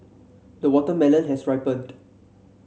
the watermelon has ripened